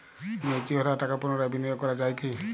Mature হওয়া টাকা পুনরায় বিনিয়োগ করা য়ায় কি?